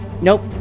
Nope